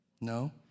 no